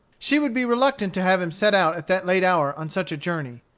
she would be reluctant to have him set out at that late hour on such a journey.